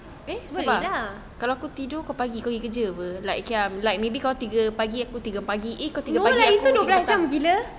eh boleh lah no lah itu dua belas jam gila